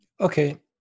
Okay